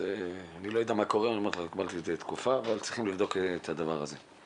אני לא יודע מה קורה אבל צריך לבדוק את הדבר הזה.